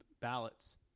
ballots